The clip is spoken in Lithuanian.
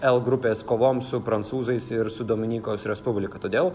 l grupės kovoms su prancūzais ir su dominikos respublika todėl